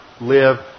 live